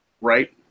right